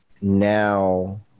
now